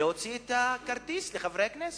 להוציא את הכרטיס לחברי הכנסת.